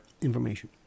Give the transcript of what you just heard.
information